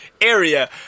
area